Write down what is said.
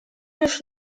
лишь